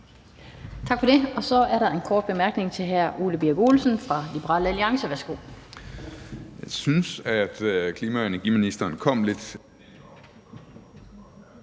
Tak for det. Så er der en kort bemærkning til hr. Ole Birk Olesen fra Liberal Alliance. Værsgo.